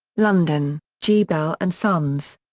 london g. bell and sons.